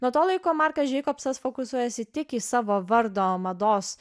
nuo to laiko markas jacobsas fokusuojasi tik į savo vardo mados